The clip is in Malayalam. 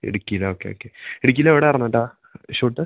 ഇട്ക്കീലാ ഓക്കെ ഓക്കെ ഇട്ക്കീലെവ്ടാർന്നു എന്താ ഷൂട്ട്